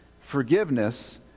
forgiveness